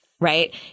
right